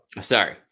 Sorry